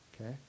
Okay